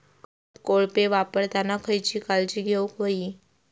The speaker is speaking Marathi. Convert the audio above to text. खत कोळपे वापरताना खयची काळजी घेऊक व्हयी?